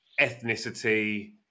ethnicity